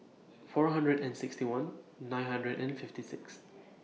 four hundred and sixty one nine hundred and fifty six